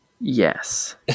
Yes